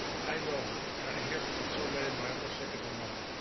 i know and i hear from so many in my own state of vermont,